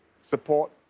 support